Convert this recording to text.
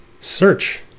search